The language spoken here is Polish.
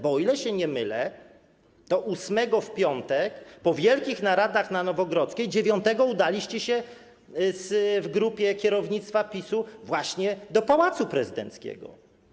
Bo o ile się nie mylę, to ósmego, w piątek, po wielkich naradach na Nowogrodzkiej, dziewiątego udaliście się w grupie kierownictwa PiS-u właśnie do Pałacu Prezydenckiego.